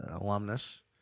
alumnus